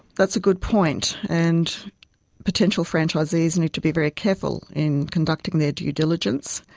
that's a good point, and potential franchisees need to be very careful in conducting their due diligence,